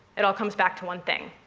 it all comes back to one thing.